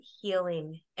healing